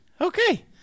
okay